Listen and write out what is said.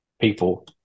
people